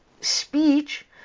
speech